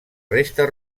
restes